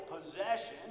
possession